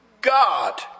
God